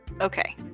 Okay